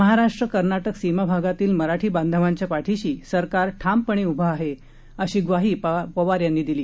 महाराष्ट्र कर्नाटक सीमा भागातील मराठी बांधवांच्या पाठीशी सरकार ठामपणे उभं आहे अशी ग्वाही पवार यांनी दिली